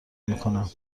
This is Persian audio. میکنم